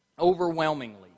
overwhelmingly